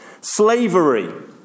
Slavery